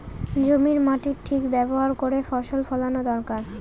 জমির মাটির ঠিক ব্যবহার করে ফসল ফলানো দরকার